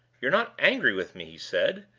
you're not angry with me? he said,